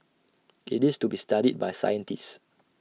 IT is to be studied by scientists